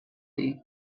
dir